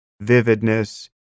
vividness